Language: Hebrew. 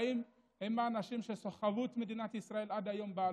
החקלאים הם האנשים שסחבו את מדינת ישראל עד היום באלונקה,